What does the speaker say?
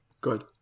Good